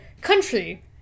Country